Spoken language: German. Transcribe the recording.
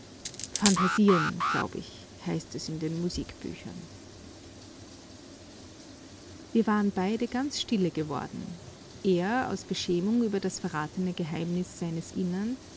phantasieren glaub ich heißt es in den musikbüchern wir waren beide ganz stille geworden er aus beschämung über das verratene geheimnis seines innern